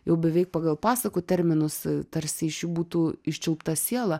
jau beveik pagal pasakų terminus tarsi iš jų būtų iščiulpta siela